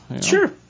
Sure